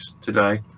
today